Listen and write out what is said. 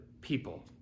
people